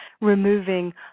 removing